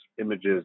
images